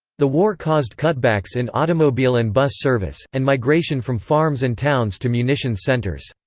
the war caused cutbacks in automobile and bus service, and migration from farms and towns to munitions centers.